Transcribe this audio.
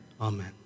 Amen